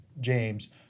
James